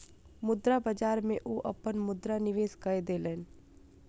मुद्रा बाजार में ओ अपन मुद्रा निवेश कय देलैन